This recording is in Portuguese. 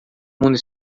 mundo